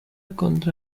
contra